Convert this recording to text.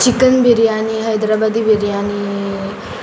chicken biryani Hyderabadi biryani